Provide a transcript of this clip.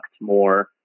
more